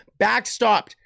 backstopped